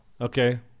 Okay